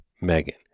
megan